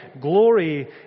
glory